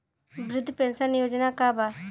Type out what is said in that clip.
वृद्ध पेंशन योजना का बा?